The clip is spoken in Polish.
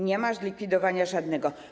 Nie ma zlikwidowania żadnego.